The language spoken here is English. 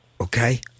Okay